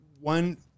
one